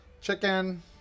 chicken